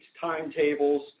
timetables